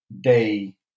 day